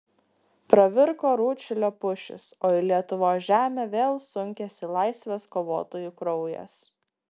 pravirko rūdšilio pušys o į lietuvos žemę vėl sunkėsi laisvės kovotojų kraujas